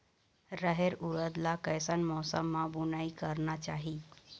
रहेर उरद ला कैसन मौसम मा बुनई करना चाही?